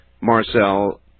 Marcel